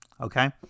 okay